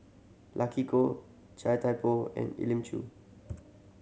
Luck Koh Chia Thye Poh and Elim Chew